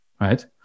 Right